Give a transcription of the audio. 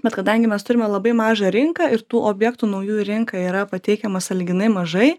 bet kadangi mes turime labai mažą rinką ir tų objektų naujų rinka yra pateikiama sąlyginai mažai